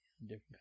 Different